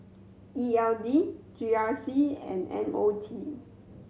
E L D G R C and M O T